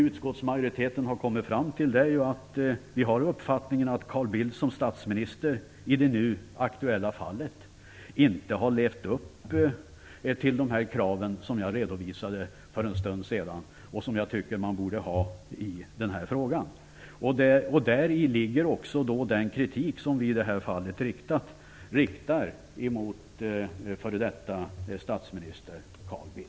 Utskottsmajoriteten har kommit fram till att Carl Bildt som statsminister i det nu aktuella fallet inte har levt upp till de krav som jag för en stund sedan redovisade och som jag tycker att man borde ställa i det här sammanhanget. Däri ligger också den kritik som vi i det här fallet riktar mot f.d. statsminister Carl